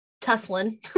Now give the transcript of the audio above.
tussling